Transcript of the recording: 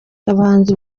abahanzi